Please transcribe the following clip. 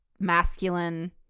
masculine